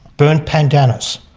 burnt pandanus.